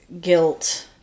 guilt